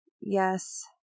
Yes